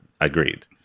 agreed